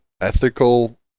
ethical